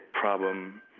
problem